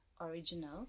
original